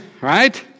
right